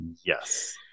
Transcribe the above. yes